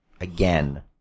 Again